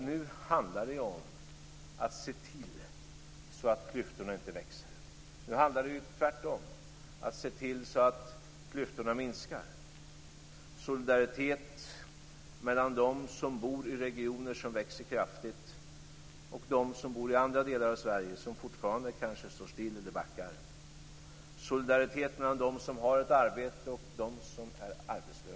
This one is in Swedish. Nu handlar det ju om att se till att klyftorna inte växer. Nu handlar det tvärtom om att se till att klyftorna minskar. Det handlar om solidaritet mellan dem som bor i regioner som växer kraftigt och dem som bor i andra delar av Sverige som fortfarande kanske står stilla eller backar. Det handlar om solidaritet mellan dem som har ett arbete och dem som fortfarande är arbetslösa.